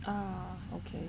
oh okay